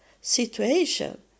situation